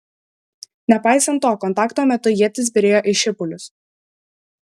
nepaisant to kontakto metu ietys byrėjo į šipulius